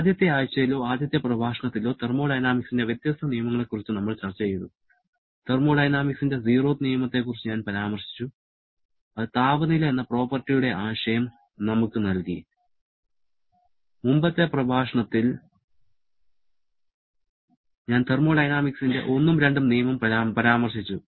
ആദ്യത്തെ ആഴ്ചയിലോ ആദ്യത്തെ പ്രഭാഷണത്തിലോ തെർമോഡൈനാമിക്സിന്റെ വ്യത്യസ്ത നിയമങ്ങളെക്കുറിച്ച് നമ്മൾ ചർച്ചചെയ്തു തെർമോഡൈനാമിക്സിന്റെ സീറോത്ത് നിയമത്തെക്കുറിച്ച് ഞാൻ പരാമർശിച്ചു അത് താപനില എന്ന പ്രോപ്പർട്ടിയുടെ ആശയം നമുക്ക് നൽകി മുമ്പത്തെ പ്രഭാഷണത്തിൽ ഞാൻ തെർമോഡൈനാമിക്സിന്റെ ഒന്നും രണ്ടും നിയമം പരാമർശിച്ചു